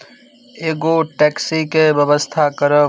एगो टैक्सीके व्यवस्था करब